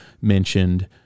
mentioned